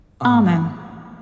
Amen